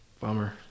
bummer